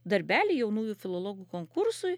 darbelį jaunųjų filologų konkursui